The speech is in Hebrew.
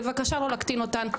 בבקשה לא להקטין אותן,